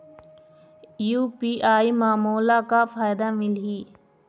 UPI म मोला का फायदा मिलही?